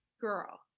Girl